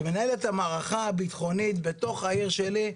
שמנהל את המערכה הביטחונית בתוך העיר שלי,